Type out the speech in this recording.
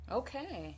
okay